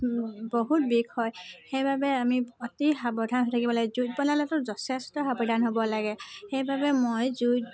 বহুত বিষ হয় সেইবাবে আমি অতি সাৱধান হৈ থাকিব লাগে জুইৰ পৰাটো যথেষ্ট সাৱধান হ'ব লাগে সেই বাবে মই জুইত